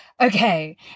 okay